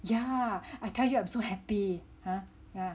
yeah I tell you I'm so happy !huh! yeah